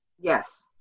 Yes